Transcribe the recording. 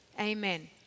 amen